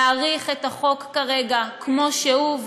להאריך את החוק כרגע כמו שהוא,